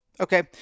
Okay